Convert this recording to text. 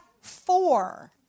four